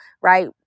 right